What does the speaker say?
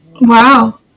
Wow